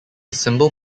cymbal